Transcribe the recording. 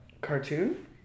Cartoon